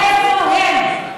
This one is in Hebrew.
איפה הם?